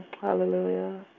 hallelujah